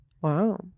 Wow